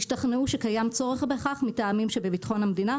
השתכנעו שקיים צורך בכך מטעמים שבביטחון המדינה,